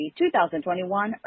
2021